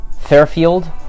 fairfield